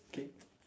okay